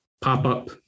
pop-up